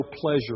pleasure